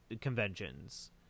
conventions